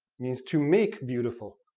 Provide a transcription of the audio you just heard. means to make beautiful.